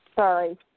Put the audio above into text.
Sorry